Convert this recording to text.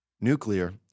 Nuclear